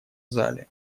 зале